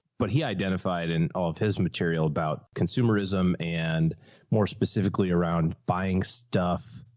but he identified in all of his material about consumerism and more specifically around buying stuff.